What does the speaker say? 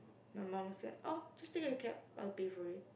my mum was like oh just take a cab I'll pay for it